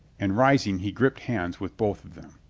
and rising he gripped hands with both of them.